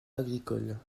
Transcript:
agricole